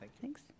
Thanks